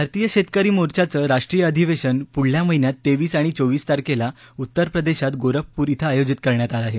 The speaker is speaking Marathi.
भारतीय शेतकरी मोर्च्याचं राष्ट्रीय अधिवेशन पुढल्या महिन्यात तेविस आणि चोवीस तारखेला उत्तरप्रदेशात गोरखपूर श्वं आयोजित करण्यात आलं आहे